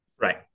right